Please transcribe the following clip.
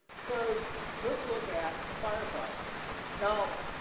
so let's look at a firefighter now.